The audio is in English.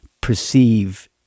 perceive